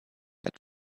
had